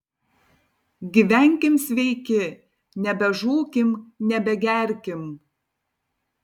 gyvenkim sveiki nebežūkim nebegerkim